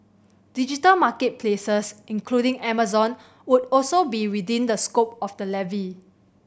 digital market places including Amazon would also be within the scope of the levy